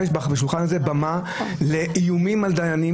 בשולחן הזה במה לאיומים על דיינים.